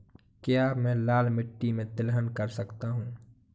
क्या मैं लाल मिट्टी में तिलहन कर सकता हूँ?